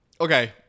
okay